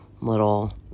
little